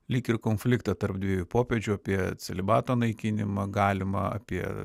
lyg ir konfliktą tarp dviejų popiežių apie celibato naikinimą galima apie